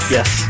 Yes